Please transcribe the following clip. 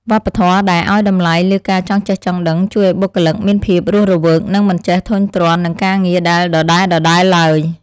វប្បធម៌ដែលឱ្យតម្លៃលើការចង់ចេះចង់ដឹង ជួយឱ្យបុគ្គលិកមានភាពរស់រវើកនិងមិនចេះធុញទ្រាន់នឹងការងារដែលដដែលៗឡើយ។